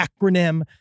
acronym